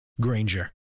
Granger